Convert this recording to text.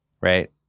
right